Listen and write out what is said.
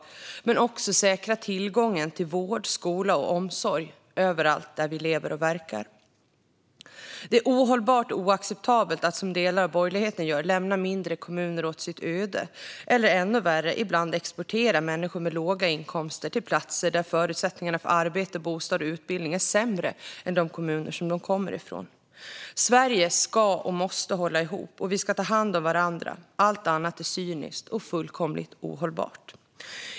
Men vi måste också säkra tillgången till vård, skola och omsorg överallt där vi lever och verkar. Det är ohållbart och oacceptabelt att, som delar av borgerligheten gör, lämna mindre kommuner åt sitt öde eller, ännu värre, ibland exportera människor med låga inkomster till platser där förutsättningarna för arbete, bostad och utbildning är sämre än i de kommuner som de kommer ifrån. Sverige ska och måste hålla ihop. Vi ska ta hand om varandra - allt annat är cyniskt och fullkomligt ohållbart.